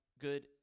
good